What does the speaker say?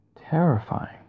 terrifying